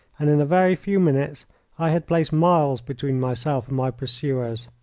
and in a very few minutes i had placed miles between myself and my pursuers.